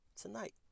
tonight